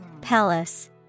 Palace